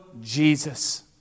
Jesus